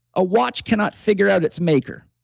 a watch cannot figure out its maker.